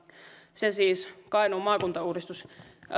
se oli siis kainuun maakuntauudistus